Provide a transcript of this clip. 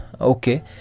okay